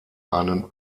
einen